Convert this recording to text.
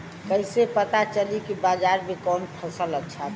कैसे पता चली की बाजार में कवन फसल अच्छा बा?